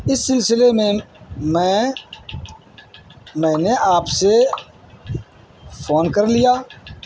اس سلسلے میں میں میں نے آپ سے فون کر لیا